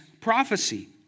prophecy